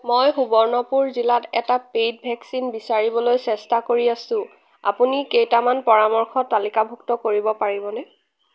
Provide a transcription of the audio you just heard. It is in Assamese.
মই সুবৰ্ণপুৰ জিলাত এটা পেইড ভেকচিন বিচাৰিবলৈ চেষ্টা কৰি আছোঁ আপুনি কেইটামান পৰামৰ্শ তালিকাভুক্ত কৰিব পাৰিবনে